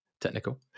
technical